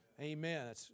Amen